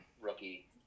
rookie